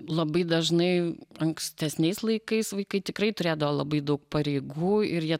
labai dažnai ankstesniais laikais vaikai tikrai turėdavo labai daug pareigų ir jie